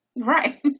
right